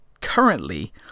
currently